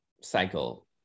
cycle